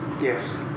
yes